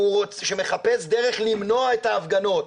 שהוא מחפש דרך למנוע את ההפגנות,